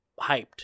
hyped